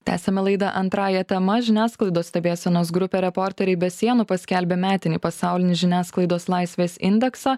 tęsiame laidą antrąja tema žiniasklaidos stebėsenos grupė reporteriai be sienų paskelbė metinį pasaulinį žiniasklaidos laisvės indeksą